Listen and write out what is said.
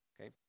Okay